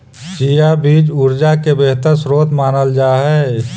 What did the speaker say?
chia बीज ऊर्जा के बेहतर स्रोत मानल जा हई